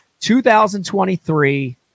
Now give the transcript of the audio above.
2023